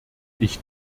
ich